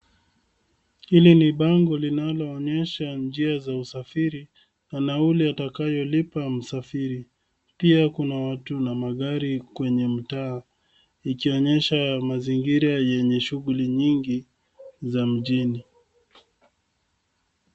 Hili ni bango linaloonyesha njia za usafiri, na nauli atakayo lipa msafiri. Pia kuna watu na magari kwenye mtaa, ikionyesha mazingira yenye shughuli nyingi za mjini.